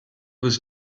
was